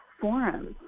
forums